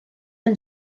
han